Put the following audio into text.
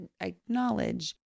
acknowledge